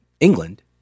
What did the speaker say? england